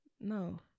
no